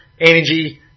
energy